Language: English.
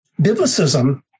biblicism